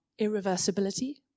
irreversibility